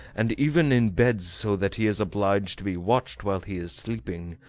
and even in bed, so that he is obliged to be watched while he is sleeping,